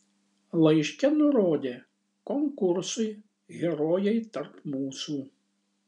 laiške nurodė konkursui herojai tarp mūsų